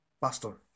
pastor